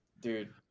dude